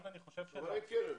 אבל אין קרן.